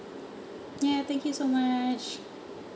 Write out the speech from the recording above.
ya thank you so much